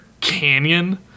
canyon